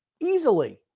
Easily